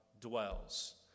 dwells